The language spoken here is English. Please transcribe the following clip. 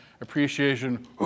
appreciation